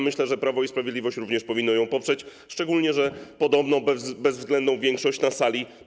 Myślę, że Prawo i Sprawiedliwość również powinno ją poprzeć, szczególnie że podobno macie bezwzględną większość na sali.